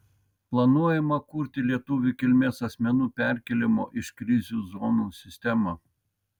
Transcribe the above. planuojama kurti lietuvių kilmės asmenų perkėlimo iš krizių zonų sistemą